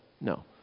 no